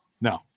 No